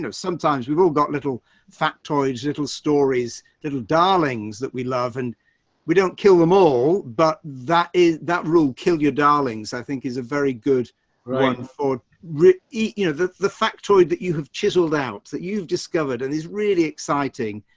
you know sometimes we've all got little factoids, little stories, little darlings that we love and we don't kill them all. but that is that rule. kill your darlings, i think is a very good one for re e you know the factoid that you have chiseled out that you've discovered and it's really exciting.